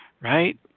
right